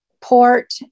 port